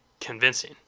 convincing